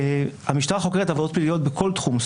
המשטרה חוקרת עבירות פליליות בכל תחום,